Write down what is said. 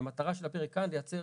המטרה של הפרק כאן זה לייצר